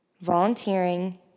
volunteering